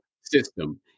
system